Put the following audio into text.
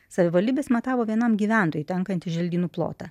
savivaldybės matavo vienam gyventojui tenkantį želdynų plotą